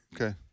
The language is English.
Okay